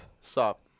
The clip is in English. Stop